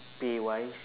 pay-wise